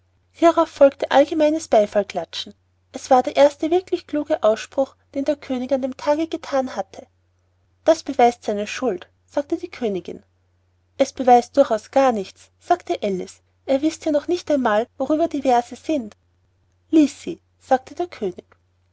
folgte allgemeines beifallklatschen es war der erste wirklich kluge ausspruch den der könig an dem tage gethan hatte das beweist seine schuld sagte die königin es beweist durchaus gar nichts sagte alice ihr wißt ja noch nicht einmal worüber die verse sind lies sie sagte der könig